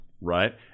right